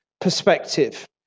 perspective